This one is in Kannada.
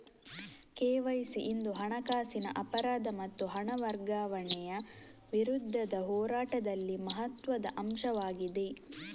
ಕೆ.ವೈ.ಸಿ ಇಂದು ಹಣಕಾಸಿನ ಅಪರಾಧ ಮತ್ತು ಹಣ ವರ್ಗಾವಣೆಯ ವಿರುದ್ಧದ ಹೋರಾಟದಲ್ಲಿ ಮಹತ್ವದ ಅಂಶವಾಗಿದೆ